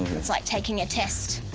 it's like taking a test.